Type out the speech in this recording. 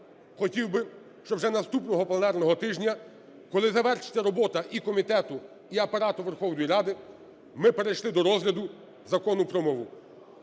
хотів би, щоб вже наступного пленарного тижня, коли завершиться робота і комітету, і Апарату Верховної Ради, ми перейшли до розгляду Закону про мову.